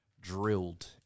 Drilled